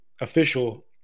official